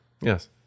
Yes